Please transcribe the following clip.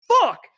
fuck